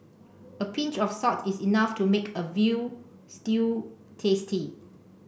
a pinch of salt is enough to make a veal stew tasty